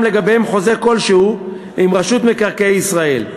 לגביהן חוזה כלשהו עם רשות מקרקעי ישראל.